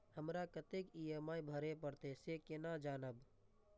हमरा कतेक ई.एम.आई भरें परतें से केना जानब?